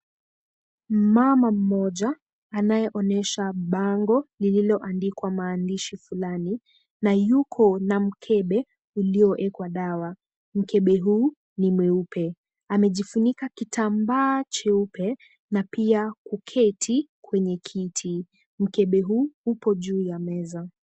Mama mmoja anayeonyesha bango lililoandikwa maandishi fulani na yuko na mkebe uliowekwa dawa. Mkebe huu ni mweupe. Amejifunika kitambaa cheupe na pia kuketi kwenye kiti. Mkebe huu upo juu ya meza.